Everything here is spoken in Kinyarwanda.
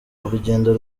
urugendo